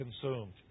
consumed